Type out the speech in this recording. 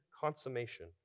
consummation